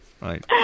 Right